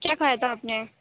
کیا کھایا تھا آپ نے